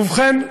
ובכן,